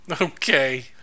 Okay